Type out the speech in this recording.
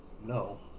No